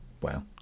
Wow